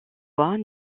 voix